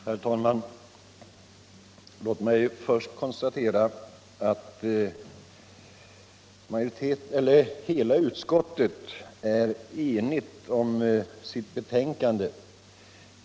Nr 84 Herr talman! Låt mig först konstatera att hela utskottet står enigt bakom Onsdagen den sitt betänkande.